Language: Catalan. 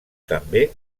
també